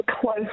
close